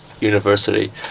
university